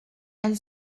elle